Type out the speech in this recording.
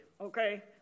okay